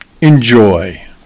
Enjoy